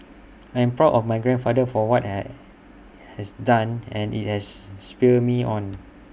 I'm proud of my grandfather for what he has done and IT has spurred me on